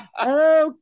okay